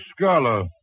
Scholar